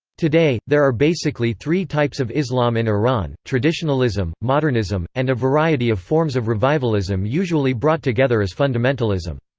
today, there are basically three types of islam in iran traditionalism, modernism, and a variety of forms of revivalism usually brought together as fundamentalism.